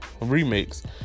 remix